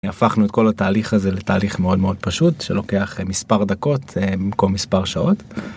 הפכנו את כל התהליך הזה לתהליך מאוד מאוד פשוט שלוקח מספר דקות במקום מספר שעות.